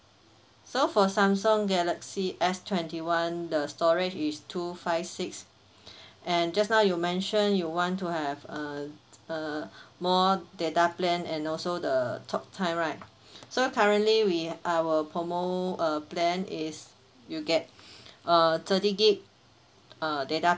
so for Samsung galaxy S twenty one the storage is two five six and just now you mentioned you want to have uh uh more data plan and also the talk time right so currently we our promo uh plan is you get uh thirty gig uh data